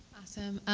awesome.